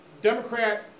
Democrat